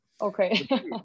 Okay